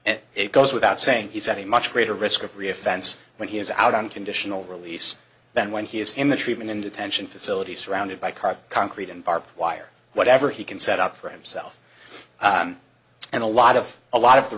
and it goes without saying he's at a much greater risk of re offense when he is out on conditional release than when he is in the treatment in detention facility surrounded by cart concrete and barbed wire whatever he can set up for himself and a lot of a lot of the